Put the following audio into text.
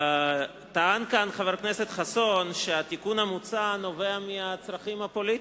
טען כאן חבר הכנסת חסון שהתיקון המוצע נובע מהצרכים הפוליטיים,